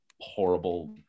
horrible